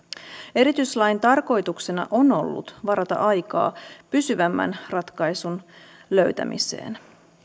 erityislain tarkoituksena on ollut varata aikaa pysyvämmän ratkaisun löytämiseen